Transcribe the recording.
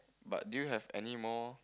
but do you have any more